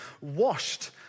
washed